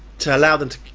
to allow them to